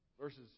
Verses